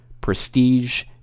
prestige